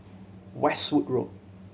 Westwood Road